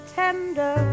tender